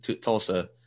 Tulsa